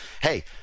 Hey